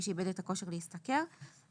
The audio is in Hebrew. מי שאיבד את הכושר להשתכר - ו-7ד".